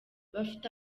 bafite